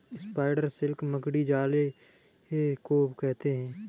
spider silk मकड़ी जाले को कहते हैं